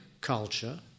culture